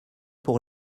pour